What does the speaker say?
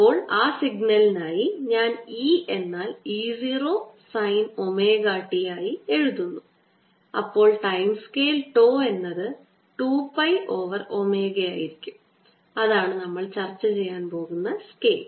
അപ്പോൾ ആ സിഗ്നലിനായി ഞാൻ ഈ E എന്നാൽ E 0 സൈൻ ഒമേഗ t ആയി എഴുതുന്നു അപ്പോൾ ടൈം സ്കെയിൽ τ എന്നത് 2 പൈ ഓവർ ഒമേഗ ആയിരിക്കും അതാണ് നമ്മൾ ചർച്ച ചെയ്യാൻ പോകുന്ന സ്കെയിൽ